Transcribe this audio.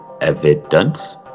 evidence